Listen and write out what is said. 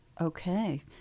Okay